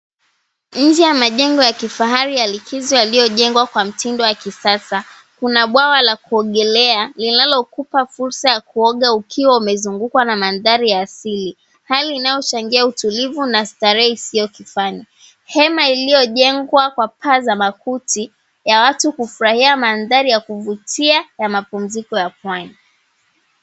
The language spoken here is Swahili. Njee ya majengo ya kifahari ya likizo yaliyojengwa kwa mtindo wa kisasa. Kuna bwawa la kuogelea linalokupa fursa ya kuoga ukiwa umezungukwa na maanthari ya asili hali inayochangia utulivu na starehe isio kifani. Hema lililojengwa kwa paa za makuti ya watu kufurahia maanthari ya kuvutia ya mapumziko ya pwani.